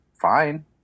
fine